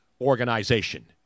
organization